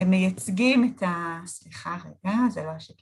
הם מייצגים את ה... סליחה רגע, זה לא על שקט.